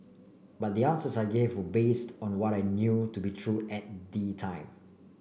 but the answers I gave were based on what I knew to be true at the time